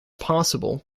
possible